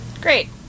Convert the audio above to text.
Great